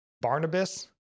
Barnabas